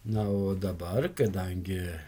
na o dabar kadangi